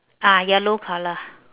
ah yellow colour